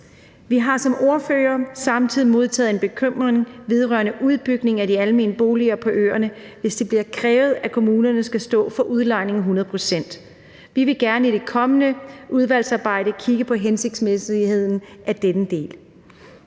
Vi har som ordførere samtidig modtaget en bekymring vedrørende en udbygning af de almene boliger på øerne, hvis det bliver krævet, at kommunerne skal stå for 100 pct. af udlejningen. Vi vil gerne i det kommende udvalgsarbejde kigge på hensigtsmæssigheden i denne del.